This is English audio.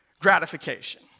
gratification